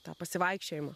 tą pasivaikščiojimą